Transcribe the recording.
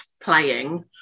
playing